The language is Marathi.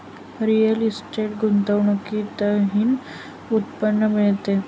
रिअल इस्टेट गुंतवणुकीतूनही उत्पन्न मिळते